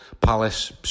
Palace